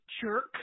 jerk